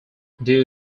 due